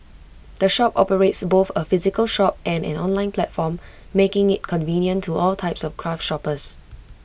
the shop operates both A physical shop and an online platform making IT convenient to all types of craft shoppers